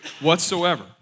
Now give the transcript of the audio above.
whatsoever